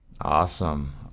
Awesome